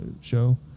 show